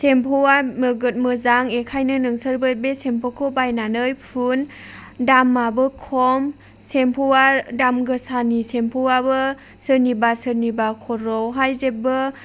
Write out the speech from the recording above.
सेम्पुआ नोगोद मोजां बेनिखायनो नोंसोरबो बे सेम्पुखौ बायनानै फुन दामाबो खम सेम्पुआ दाम गोसानि सेम्पुआबो सोरनिबा सोरनिबा खर'आवहाय जेबो